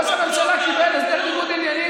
ראש הממשלה קיבל הסדר ניגוד עניינים